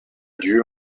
lieu